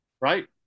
right